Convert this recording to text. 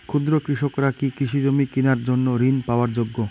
ক্ষুদ্র কৃষকরা কি কৃষিজমি কিনার জন্য ঋণ পাওয়ার যোগ্য?